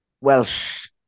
Welsh